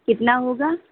कितना होगा